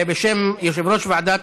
בשם יושב-ראש ועדת